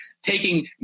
taking